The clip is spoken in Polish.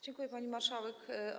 Dziękuję, pani marszałek.